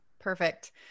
Perfect